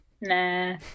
Nah